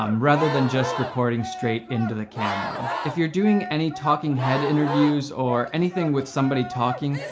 um rather than just recording straight into the camera. if you're doing any talking head interviews or anything with somebody talking,